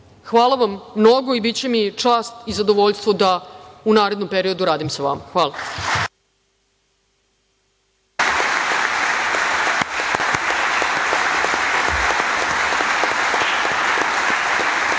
vam mnogo i biće mi čast i zadovoljstvo da u narednom periodu radim sa vama. Hvala.